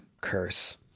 Curse